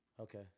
Okay